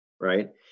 Right